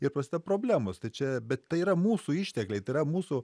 ir prasideda problemos tai čia bet tai yra mūsų ištekliai tai yra mūsų